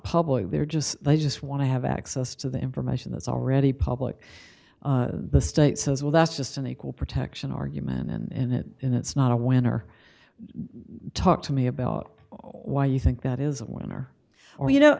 public they're just they just want to have access to the information that's already public the state says well that's just an equal protection argument and if it's not a winner talk to me about why you think that is a winner or you know